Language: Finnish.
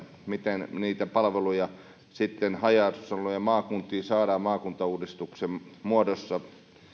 miten niitä palveluja haja asutusalueille ja maakuntiin saadaan maakuntauudistuksen muodossa